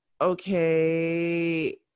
okay